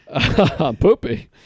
Poopy